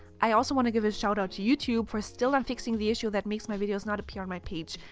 i also want to give a shout out to youtube for still not fixing the issue that makes my videos not appear on my page.